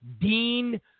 Dean